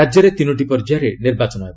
ରାଜ୍ୟରେ ତିନୋଟି ପର୍ଯ୍ୟାୟରେ ନିର୍ବାଚନ ହେବ